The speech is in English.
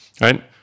right